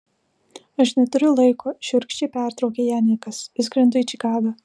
aš neturiu laiko šiurkščiai pertraukė ją nikas išskrendu į čikagą